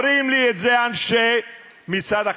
אומרים לי את זה אנשי משרד החינוך.